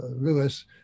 Lewis